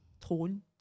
tone